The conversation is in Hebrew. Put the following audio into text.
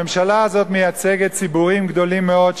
הממשלה הזאת מייצגת ציבורים גדולים מאוד,